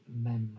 memory